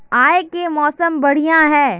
आय के मौसम बढ़िया है?